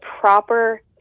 proper